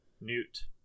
Newt